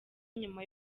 nyuma